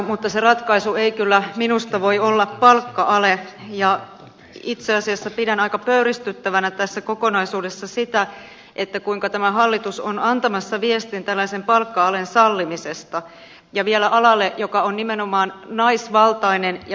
mutta se ratkaisu ei kyllä minusta voi olla palkka ale ja itse asiassa pidän aika pöyristyttävänä tässä kokonaisuudessa sitä kuinka tämä hallitus on antamassa viestin tällaisen palkka alen sallimisesta ja vielä alalle joka on nimenomaan naisvaltainen ja pienipalkkainen